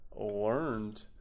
learned